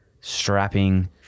strapping